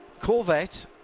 Corvette